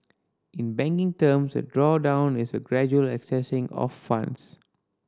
in banking terms a drawdown is a gradual accessing of funds